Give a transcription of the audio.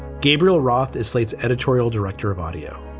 gabriel roth is slate's editorial director of audio.